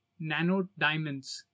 nanodiamonds